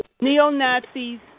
neo-Nazis